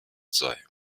sei